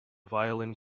violin